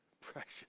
precious